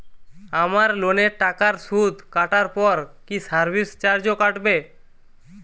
আমার লোনের টাকার সুদ কাটারপর কি সার্ভিস চার্জও কাটবে?